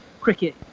cricket